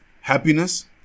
happiness